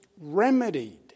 remedied